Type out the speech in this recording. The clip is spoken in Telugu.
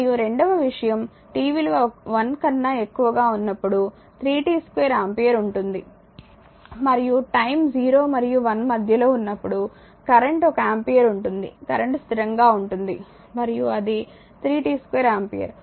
మరియు రెండవ విషయం t విలువ 1 కన్నా ఎక్కువగా ఉన్నప్పుడు 3t2 ఆంపియర్ ఉంటుంది మరియు టైమ్ 0 మరియు 1 మధ్య లో ఉన్నప్పుడు కరెంట్ ఒక ఆంపియర్ ఉంటుంది కరెంట్ స్థిరంగా ఉంటుంది మరియు అది 3t2 ఆంపియర్